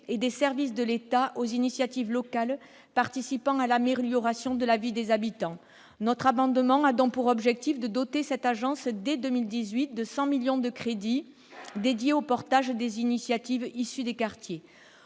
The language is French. et des services de l'État aux initiatives locales participant à l'amélioration de la vie des habitants. Notre amendement prévoit de doter cette agence, dès 2018, de 100 millions d'euros de crédits dédiés au portage des initiatives issues des quartiers.